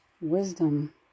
wisdom